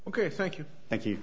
ok thank you thank you